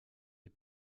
les